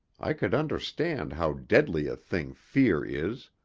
i could understand how deadly a thing fear is.